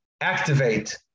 activate